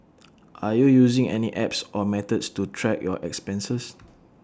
are you using any apps or methods to track your expenses